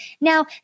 Now